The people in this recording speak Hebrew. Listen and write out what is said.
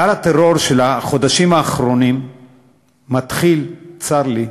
גל הטרור של החודשים האחרונים מתחיל, צר לי,